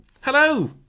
Hello